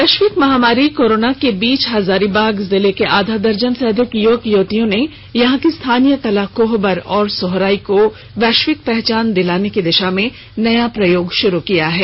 वैश्विक महामारी कोरोना के बीच हजारीबाग जिले के आधा दर्जन से अधिक युवक युवतियों ने यहां की स्थानीय कला कोहबर और सोहराय को वैश्विक पहचान दिलाने की दिशा में नया प्रयोग शुरू किया है